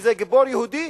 וזה גיבור יהודי,